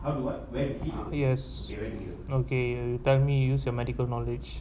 otherwise we're yes you already okay tell me use your medical knowledge